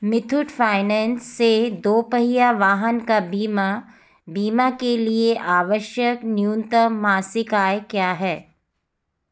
Muthoot finance से दोपहिया वाहन का बीमा बीमा के लिए आवश्यक न्यूनतम मासिक आय क्या है